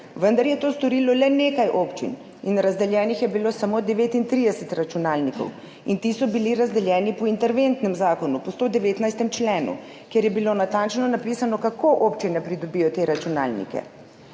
vendar je to storilo le nekaj občin in razdeljenih je bilo samo 39 računalnikov, in ti so bili razdeljeni po interventnem zakonu po 119. členu, kjer je bilo natančno napisano, kako občine pridobijo te računalnike.